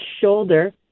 shoulder